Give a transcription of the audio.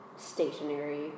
Stationary